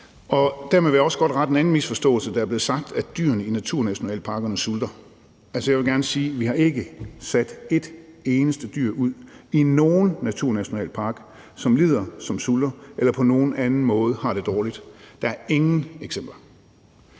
Dermed vil jeg også godt rette en anden misforståelse, for der er blevet sagt, at dyrene i naturnationalparkerne sulter. Altså, jeg vil gerne sige: Vi har ikke sat et eneste dyr ud i nogen naturnationalpark, som lider, som sulter, eller som på nogen anden måde har det dårligt. Der er ingen eksempler.